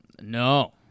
No